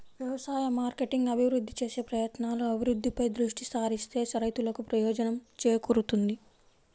వ్యవసాయ మార్కెటింగ్ అభివృద్ధి చేసే ప్రయత్నాలు, అభివృద్ధిపై దృష్టి సారిస్తే రైతులకు ప్రయోజనం చేకూరుతుంది